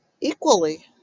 equally